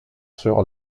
sur